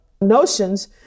notions